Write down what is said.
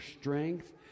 strength